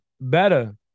better